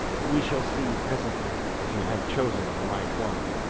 we shall see presently if you have chosen the right one.